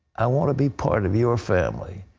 i want to be part of your family.